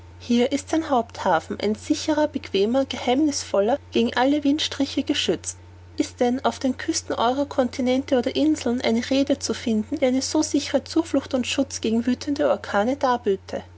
hier ist sein haupthafen ein sicherer bequemer geheimnißvoller gegen alle windstriche geschützt ist denn auf den küsten eurer continente oder inseln eine rhede zu finden die eine so sichere zuflucht und schutz gegen wüthende orkane darböte